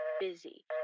busy